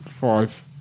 five